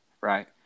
right